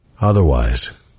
Otherwise